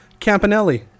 Campanelli